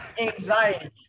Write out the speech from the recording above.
anxiety